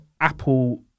Apple